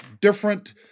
different